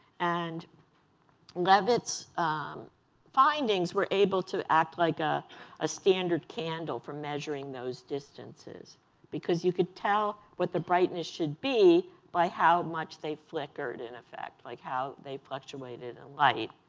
and leavitt's findings were able to act like a ah standard candle for measuring those distances because you could tell what the brightness should be by how much they flickered, in effect, like how they fluctuated in light.